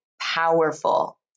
powerful